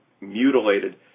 mutilated